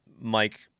Mike